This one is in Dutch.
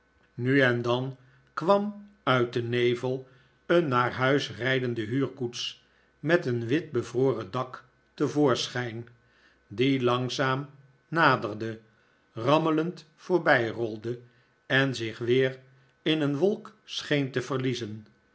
nu en dan kwam uit den nevel een naar huis rijdende huurkoets met een wit bevroren dak te voorschijn die langzaam naderde rammelend voorbijrolde en zich weer in een wolk scheen te verliezen